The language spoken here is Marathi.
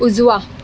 उजवा